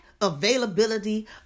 availability